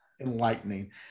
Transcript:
enlightening